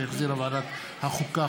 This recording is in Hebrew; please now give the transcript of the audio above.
שהחזירה ועדת החוקה,